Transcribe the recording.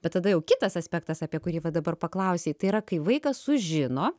bet tada jau kitas aspektas apie kurį va dabar paklausei tai yra kai vaikas sužino